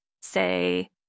Say